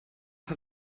hat